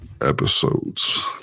episodes